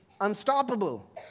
unstoppable